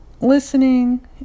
listening